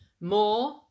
more